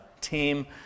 team